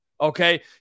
okay